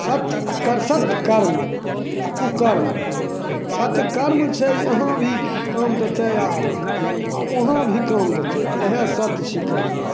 सत आओर कर सतकर्म आओर कुकर्म सतकर्म छै यहाँ भी काम देतै आओर वहाँ भी काम देतै इएह सत छिकै